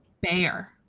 bear